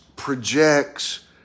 projects